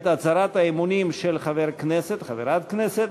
את הצהרת האמונים של חבר הכנסת או חברת הכנסת,